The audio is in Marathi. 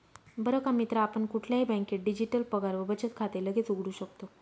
बर का मित्रा आपण कुठल्याही बँकेत डिजिटल पगार व बचत खाते लगेच उघडू शकतो